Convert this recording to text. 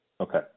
Okay